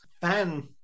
fan